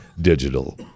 digital